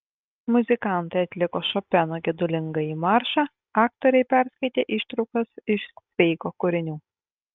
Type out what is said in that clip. muzikantai atliko šopeno gedulingąjį maršą aktoriai perskaitė ištraukas iš cveigo kūrinių